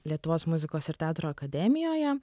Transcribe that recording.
lietuvos muzikos ir teatro akademijoje